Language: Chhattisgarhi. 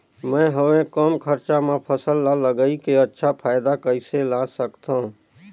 मैं हवे कम खरचा मा फसल ला लगई के अच्छा फायदा कइसे ला सकथव?